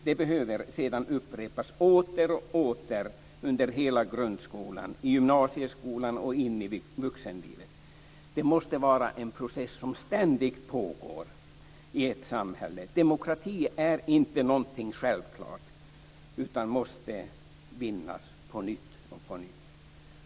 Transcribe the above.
Det behöver sedan upprepas åter och åter under hela grundskolan, i gymnasieskolan och in i vuxenlivet. Det måste vara en process som ständigt pågår i ett samhälle. Demokrati är inte någonting självklart utan måste hela tiden vinnas på nytt.